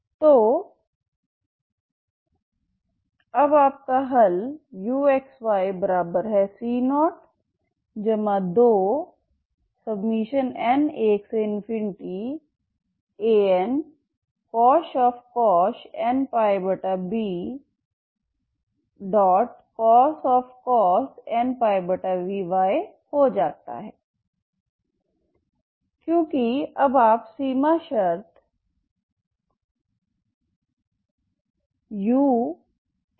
तो अब आपका हल uxyc02n1Ancosh nπbx cos nπby हो जाता है क्योंकि अब आप सीमा शर्त ux